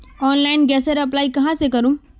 Online गैसेर apply कहाँ से करूम?